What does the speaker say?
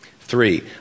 Three